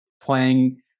playing